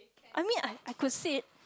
I mean I I could sit